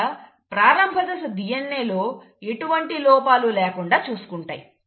ఇక్కడ ప్రారంభ దశ DNA లో ఎటువంటి లోపాలు లేకుండా చూసుకుంటాయి